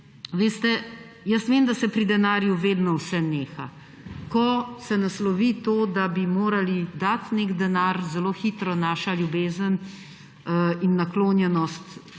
Veste, jaz vem, da se pri denarju vedno vse neha. Ko se naslovi to, da bi morali dati nek denar, se zelo hitro naša ljubezen in naklonjenost ustavi.